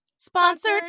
Sponsored